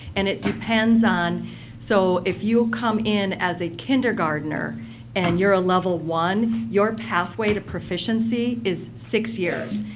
and it depends on so if you'd come in as a kindergartner and you're ah level one, your pathway to proficiency is six years.